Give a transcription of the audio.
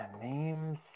Names